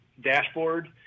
dashboard